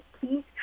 please